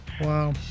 Wow